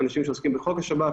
אנשים שעוסקים בחוק השב"כ,